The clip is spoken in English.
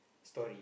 story